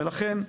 ולכן,